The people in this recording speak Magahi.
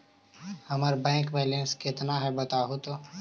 हमर बैक बैलेंस केतना है बताहु तो?